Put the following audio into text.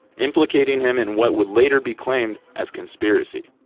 implicating him in what would later be claimed as conspiracy.